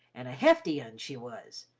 an' a hefty un she was,